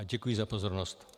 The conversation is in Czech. Děkuji za pozornost.